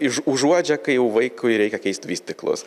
iš užuodžia kai jau vaikui reikia keist vystyklus